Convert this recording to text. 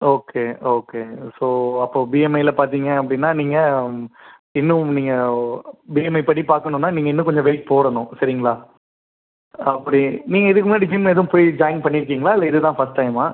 okay okay so அப்போது பிஎம்ஐயில் பார்த்தீங்க அப்படினா நீங்கள் இன்னும் நீங்கள் பிஎம்ஐபடி பார்க்கணும்னா நீங்கள் இன்னும் கொஞ்சோம் வெயிட் போடணும் சரிங்களா அப்படி நீங்கள் இதுக்கு முன்னாடி ஜிம் எதுவும் போய் ஜாயின் பண்ணியிருக்கீங்களா இல்லை இதுதான் ஃபர்ஸ்ட் டைமா